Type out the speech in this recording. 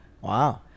Wow